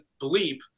bleep